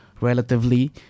relatively